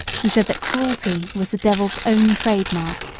he said that cruelty was the devil's own trade-mark,